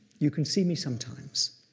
you can see me sometimes,